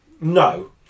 No